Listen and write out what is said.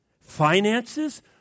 finances